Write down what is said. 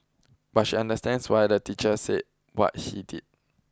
but she understands why the teacher said what he did